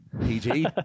PG